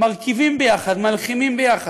מרכיבים ביחד, מלחימים ביחד,